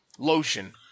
Lotion